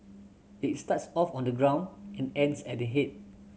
it starts off on the ground and ends at the head